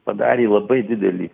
padarė labai didelį